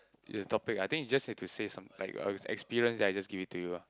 it's a topic I think we just have to say some like uh if it's experience then I just give it to you ah